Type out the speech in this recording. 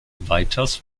weiters